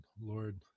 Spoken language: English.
Lord